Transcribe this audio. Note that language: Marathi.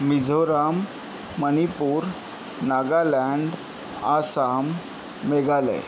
मिझोराम मणिपूर नागालँड आसाम मेघालय